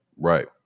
Right